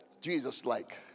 Jesus-like